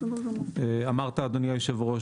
אדוני היושב-ראש,